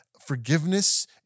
Forgiveness